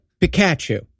Pikachu